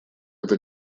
эта